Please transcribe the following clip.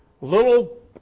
little